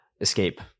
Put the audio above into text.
escape